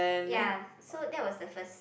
ya so that was the first